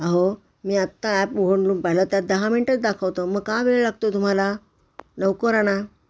आहो मी आत्ता ॲप उघडून पाहिलं तर दहा मिनटंच दाखवतो मग का वेळ लागतो आहे तुम्हाला लवकर आणा